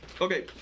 Okay